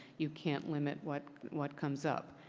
you can't limit what what comes up.